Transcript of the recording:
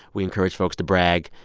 we encourage folks to brag.